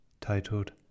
titled